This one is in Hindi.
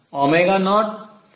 Cnn 1